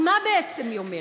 אז מה בעצם היא אומרת?